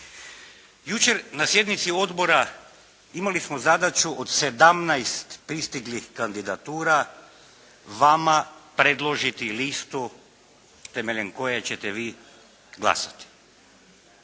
Jučer na sjednici odbora imali smo zadaću od sedamnaest pristiglih kandidatura vama predložili listu temeljem koje ćete vi glasati.